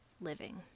living